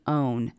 own